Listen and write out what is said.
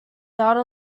data